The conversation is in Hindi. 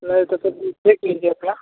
नहीं तब तो देख लीजिए अपना